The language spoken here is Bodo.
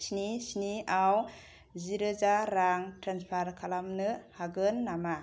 स्नि स्निआव जिरोजा रां ट्रेन्सफार खालामनो हागोन नामा